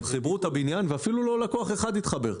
הם חיברו את הבניין ואפילו לא לקוח אחד התחבר.